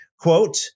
quote